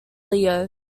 leo